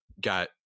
got